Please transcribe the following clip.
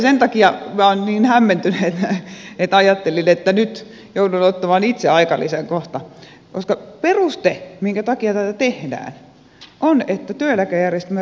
sen takia minä olen niin hämmentyneenä että ajattelin että nyt joudun ottamaan itse aikalisän kohta koska peruste minkä takia tätä tehdään on että työeläkejärjestelmän riskinhallintakyky vahvistuu